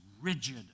rigid